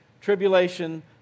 tribulation